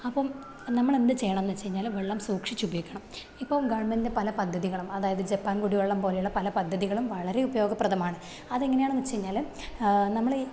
അപ്പം നമ്മൾ എന്ത് ചെയ്യണം എന്ന് വെച്ചാൽ വെള്ളം സൂക്ഷിച്ചുപയോഗിക്കണം ഇപ്പോൾ ഗവൺമെന്റിന്റെ പല പദ്ധതികളും അതായത് ജപ്പാൻ കുടി വെള്ളം പോലെയുള്ള പദ്ധതികളും വളരെ ഉപയോഗപ്രദമാണ് അതെങ്ങനെയാണെന്ന് വെച്ച് കഴിഞ്ഞാൽ നമ്മുടെ ഈ